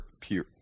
pure